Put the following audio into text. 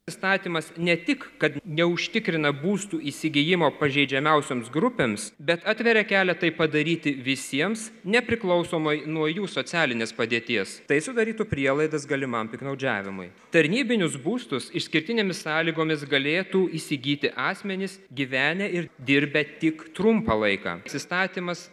įstatymas ne tik kad neužtikrina būstų įsigijimo pažeidžiamiausioms grupėms bet atveria kelią tai padaryti visiems nepriklausomai nuo jų socialinės padėties tai sudarytų prielaidas galimam piktnaudžiavimui tarnybinius būstus išskirtinėmis sąlygomis galėtų įsigyti asmenys gyvenę ir dirbę tik trumpą laiką nes įstatymas